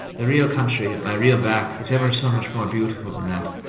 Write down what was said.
the real country at my real back is ever so much more beautiful than that.